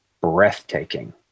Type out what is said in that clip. breathtaking